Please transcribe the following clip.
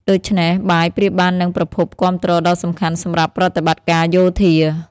ដូច្នេះ បាយប្រៀបបាននឹងប្រភពគាំទ្រដ៏សំខាន់សម្រាប់ប្រតិបត្តិការយោធា។